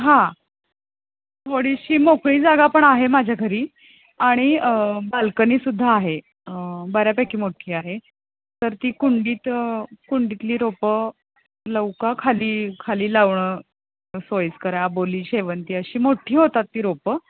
हां थोडीशी मोकळी जागा पण आहे माझ्या घरी आणि बाल्कनी सुद्धा आहे बऱ्यापैकी मोठी आहे तर ती कुंडीत कुंडीतली रोपं लावू का खाली खाली लावणं सोयीस्कर अबोली शेवंती अशी मोठी होतात ती रोपं